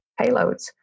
payloads